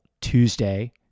Tuesday